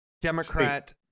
democrat